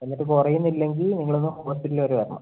എന്നിട്ട് കുറയുന്നില്ലെങ്കിൽ നിങ്ങൾ ഒന്ന് ഹോസ്പിറ്റൽ വരെ വരണം